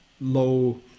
low